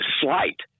slight